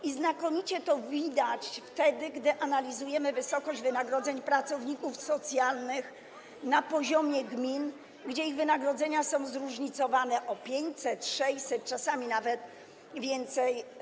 I znakomicie widać to wtedy, gdy analizujemy wysokość wynagrodzeń pracowników socjalnych na poziomie gmin, gdzie ich wynagrodzenia są zróżnicowane o 500–600 zł, czasami nawet więcej.